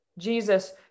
Jesus